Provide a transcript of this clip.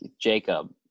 Jacob